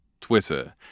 Twitter